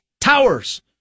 Towers